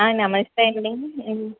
నమస్తే అండి